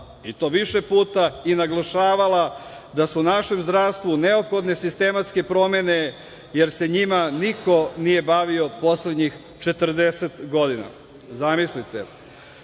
i to više puta i naglašavala da su našem zdravstvu neophodne sistematske promene, jer se njima niko nije bavio poslednjih 40 godina, zamislite?